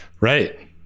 right